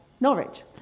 Norwich